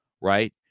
Right